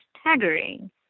staggering